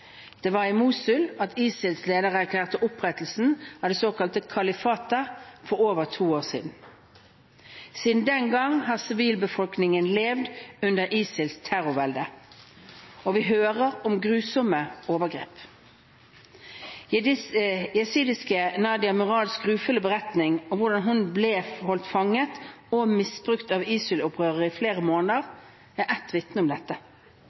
Det var i Mosul at ISILs leder erklærte opprettelsen av det såkalte kalifatet for over to år siden. Siden den gang har sivilbefolkningen levd under ISILs terrorvelde, og vi hører om grusomme overgrep. Jesidiske Nadia Murads grufulle beretning om hvordan hun ble holdt fanget og misbrukt av ISIL-opprørere i flere måneder, er ett vitnesbyrd om dette.